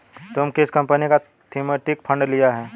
तुमने किस कंपनी का थीमेटिक फंड लिया है?